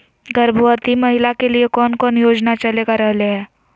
गर्भवती महिला के लिए कौन कौन योजना चलेगा रहले है?